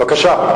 בבקשה.